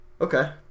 Okay